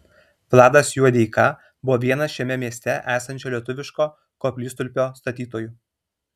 vladas juodeika buvo vienas šiame mieste esančio lietuviško koplytstulpio statytojų